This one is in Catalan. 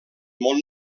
molt